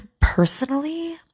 personally